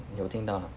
有听到 lah